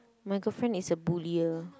my girlfriend is a bullier